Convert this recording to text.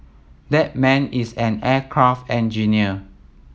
that man is an aircraft engineer